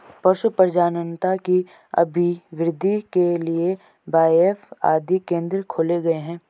पशु प्रजननता की अभिवृद्धि के लिए बाएफ आदि केंद्र खोले गए हैं